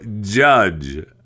judge